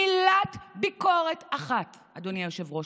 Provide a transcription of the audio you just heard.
מילת ביקורת אחת, אדוני היושב-ראש,